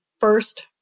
first